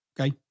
okay